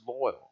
loyal